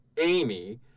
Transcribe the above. Amy